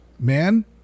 Man